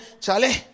Charlie